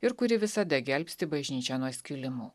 ir kuri visada gelbsti bažnyčią nuo skilimų